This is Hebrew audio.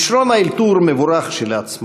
כישרון האלתור מבורך כשלעצמו.